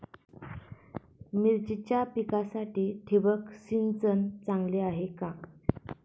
मिरचीच्या पिकासाठी ठिबक सिंचन चांगले आहे का?